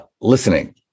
listening